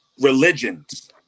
religions